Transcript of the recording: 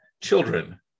children